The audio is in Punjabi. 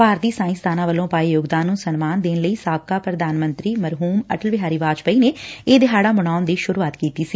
ਭਾਰਤੀ ਸਾਇੰਸਦਾਨਾਂ ਵੱਲੋਂ ਪਾਏ ਯੋਗਦਾਨ ਨੂੰ ਸਨਮਾਨ ਦੇਣ ਲਈ ਸਾਬਕਾ ਪ੍ਰਧਾਨ ਮੰਤਰੀ ਮਰਹੁਮ ਅਟਲ ਬਿਹਾਰੀ ਵਾਜਪੇਈ ਨੇ ਇਹ ਦਿਹਾੜਾ ਮਨਾਉਣ ਦੀ ਸੂਰੁਆਤ ਕੀਤੀ ਸੀ